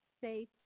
safe